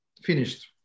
finished